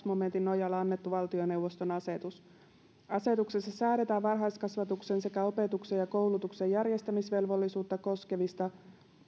momentin nojalla annettu valtioneuvoston asetus asetuksessa säädetään varhaiskasvatuksen sekä opetuksen ja koulutuksen järjestämisvelvollisuutta koskevista